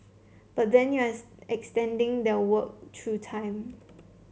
but then you're extending their work through time